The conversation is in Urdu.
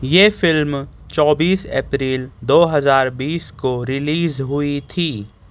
یہ فلم چوبیس اپریل دو ہزار بیس کو ریلیز ہوئی تھی